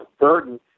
burden